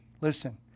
Listen